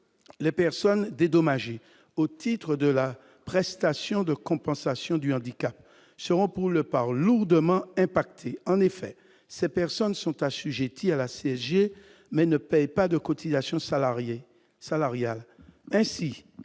les personnes dédommager au titre de la prestation de compensation du handicap seront pour le Pare lourdement impacté en effet, ces personnes sont assujettis à la CSG, mais ne paye pas de cotisation salariés